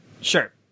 Sure